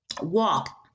walk